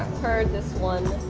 per this one?